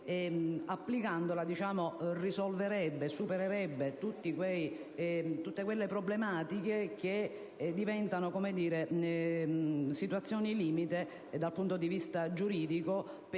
applicazione risolverebbe e supererebbe tutte quelle problematiche che diventano situazioni limite dal punto di vista giuridico